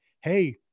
Hey